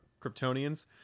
Kryptonians